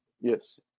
yes